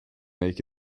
make